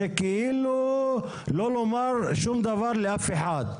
זה כאילו לא לומר שום דבר לאף אחד.